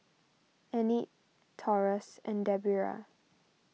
Enid Taurus and Debera